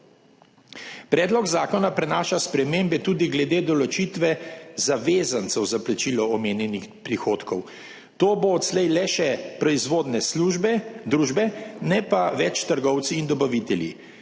Predlog zakona prinaša spremembe tudi glede določitve zavezancev za plačilo omenjenih prihodkov. To bodo odslej le še proizvodne družbe, ne pa več trgovci in dobavitelji.